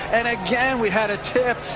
and again, we had a tip.